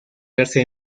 verse